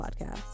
Podcast